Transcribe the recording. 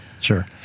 Sure